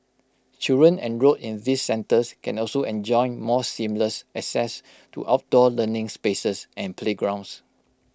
children enrolled in these centres can also enjoy more seamless access to outdoor learning spaces and playgrounds